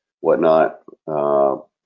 whatnot